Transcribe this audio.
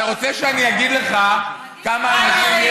אתה רוצה שאני אגיד לך כמה אנשים,